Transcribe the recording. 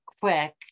Quick